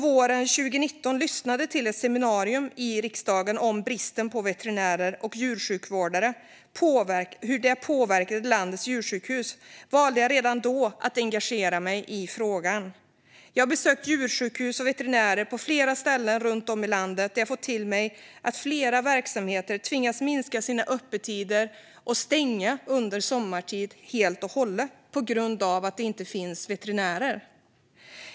Våren 2019 lyssnade jag till ett seminarium i riksdagen om hur bristen på veterinärer och djursjukvårdare påverkade landets djursjukhus. Redan då valde jag att engagera mig i frågan. Jag har besökt djursjukhus och veterinärer på flera ställen runt om i landet och fått veta att flera verksamheter tvingats minska sina öppettider och under sommartid stänga helt och hållet på grund av att det inte finns veterinärer.